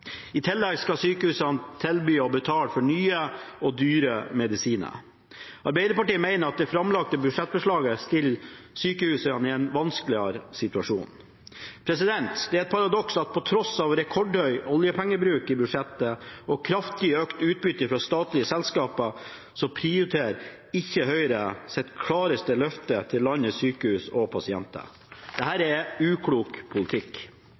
I tillegg skal sykehusene tilby og betale for nye og dyre medisiner. Arbeiderpartiet mener at det framlagte budsjettforslaget stiller sykehusene i en vanskeligere situasjon. Det er et paradoks at på tross av rekordhøy oljepengebruk i budsjettet og kraftig økt utbytte fra statlige selskap så prioriterer ikke Høyre sitt klareste løfte til landets sykehus og pasienter. Dette er uklok politikk.